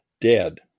dead